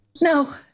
No